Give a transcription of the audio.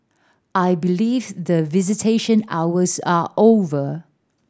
I believe the visitation hours are over